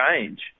change